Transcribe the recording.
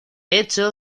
hecho